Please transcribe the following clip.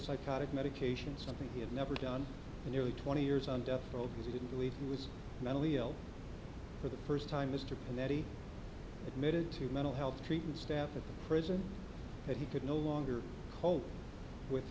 psychotic medication something he had never done nearly twenty years on death row because he didn't believe he was mentally ill for the first time mr pinetti admitted to mental health treatment staff in prison that he could no longer cope with